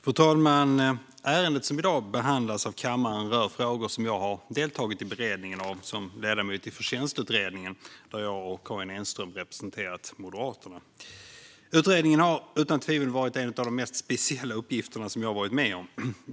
Fru talman! Ärendet som i dag behandlas av kammaren rör frågor som jag har deltagit i beredningen av som ledamot i Förtjänstutredningen, där jag och Karin Enström representerat Moderaterna. Utredningen har utan tvivel varit en av de mest speciella uppgifter som jag har varit med om.